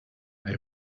hay